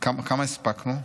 כמה הספקנו?